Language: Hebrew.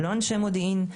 לא אנשי מודיעין,